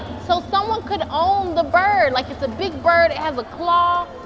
so someone could own the bird. like it's a big bird. it has a claw.